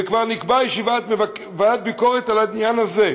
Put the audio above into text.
וכבר נקבעה ישיבת ועדת ביקורת בעניין הזה.